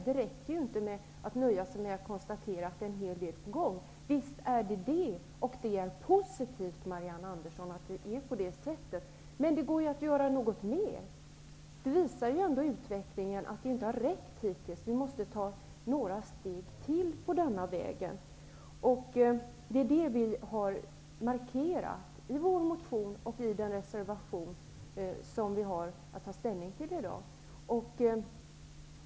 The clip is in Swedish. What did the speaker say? Det räcker inte med att konstatera att en hel del är på gång. Visst är det saker på gång, och det är positivt, Marianne Andersson, men det går att göra mer. Utvecklingen visar ju att det som gjort hittills inte räcker. Vi måste ta ytterligare några steg på denna väg. Det har vi markerat i vår motion och i den reservation som vi har att ta ställning till i dag.